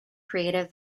creative